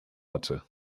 hatte